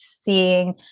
seeing